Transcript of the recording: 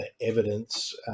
evidence